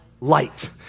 light